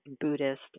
Buddhist